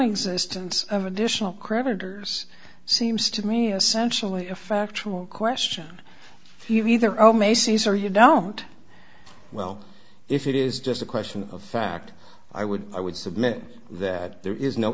existence of additional creditors seems to me essential a a factual question you either own macy's or you don't well if it is just a question of fact i would i would submit that there is no